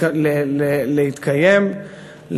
להתקיים,